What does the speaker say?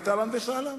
אהלן וסהלן.